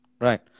Right